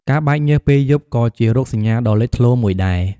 ការបែកញើសពេលយប់ ក៏ជារោគសញ្ញាដ៏លេចធ្លោមួយដែរ។